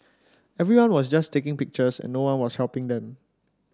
everyone was just taking pictures and no one was helping them